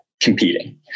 competing